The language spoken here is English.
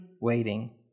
waiting